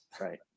Right